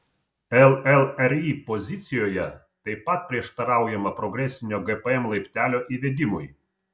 llri pozicijoje taip pat prieštaraujama progresinio gpm laiptelio įvedimui